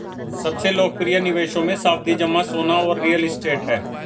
सबसे लोकप्रिय निवेशों मे, सावधि जमा, सोना और रियल एस्टेट है